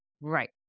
Right